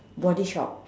body shop